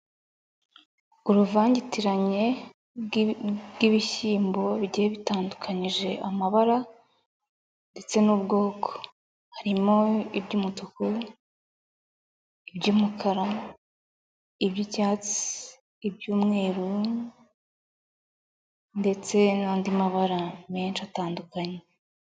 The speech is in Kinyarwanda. Uruvangitiranye rw'ibishyimbo, bigiye bitandukanyije amabara ndetse n'ubwoko, harimo iby'umutuku, iby'umukara, iby'icyatsi, iby'umweru ndetse n'andi mabara menshi atandukanye.